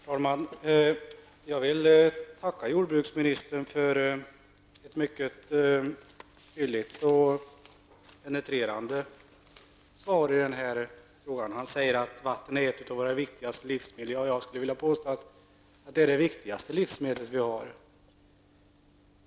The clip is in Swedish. Herr talman! Jag vill tacka jordbruksministern för ett mycket fylligt och penetrerande svar på min fråga. Jordbruksministern säger att vatten är ett av våra viktigaste livsmedel. Jag skulle vilja påstå att det är det viktigaste livsmedel vi har.